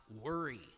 worry